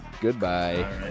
Goodbye